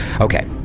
Okay